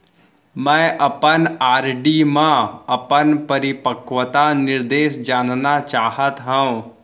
मै अपन आर.डी मा अपन परिपक्वता निर्देश जानना चाहात हव